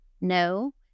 No